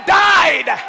died